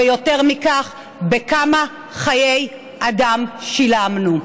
ויותר מכך, בכמה חיי אדם שילמנו.